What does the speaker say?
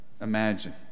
Imagine